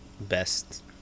best